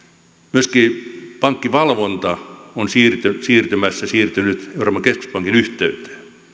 myöskin pankkivalvonta on siirtymässä siirtynyt euroopan keskuspankin yhteyteen